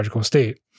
state